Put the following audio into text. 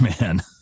man